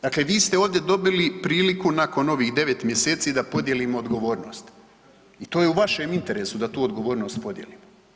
Dakle, vi ste ovdje dobili priliku nakon ovih 9 mjeseci da podijelimo odgovornost i to je u vašem interesu da tu odgovornost podijelimo.